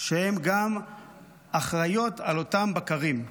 שהן גם אחראיות על אותם בקרים,